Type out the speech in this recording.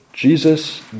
Jesus